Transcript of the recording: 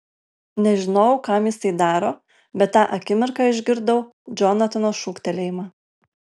nežinojau kam jis tai daro bet tą akimirką išgirdau džonatano šūktelėjimą